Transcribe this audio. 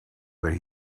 where